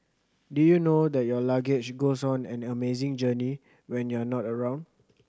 did you know that your luggage goes on an amazing journey when you're not around